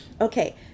okay